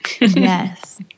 Yes